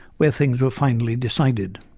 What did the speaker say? where things were finally decided.